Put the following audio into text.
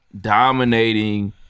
dominating